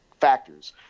factors